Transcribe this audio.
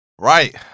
Right